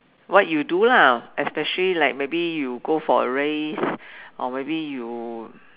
what you do lah especially like maybe you go for a race or maybe you